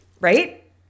Right